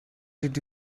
did